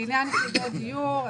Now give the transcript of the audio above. לעניין יחידות דיור,